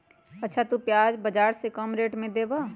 अच्छा तु प्याज बाजार से कम रेट में देबअ?